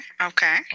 okay